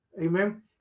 amen